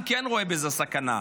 אני כן רואה בזה סכנה.